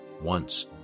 Once